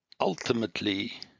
ultimately